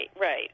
right